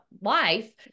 life